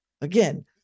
Again